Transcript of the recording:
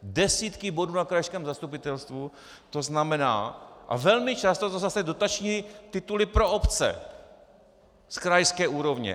Desítky bodů na krajském zastupitelstvu, to znamená a velmi často to jsou zase dotační titulky pro obce z krajské úrovně.